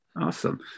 Awesome